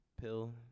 pill